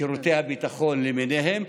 לשירותי הביטחון למיניהם,